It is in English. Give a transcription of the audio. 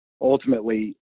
ultimately